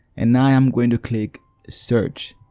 and now i am going to click search.